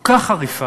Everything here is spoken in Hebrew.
כל כך חריפה,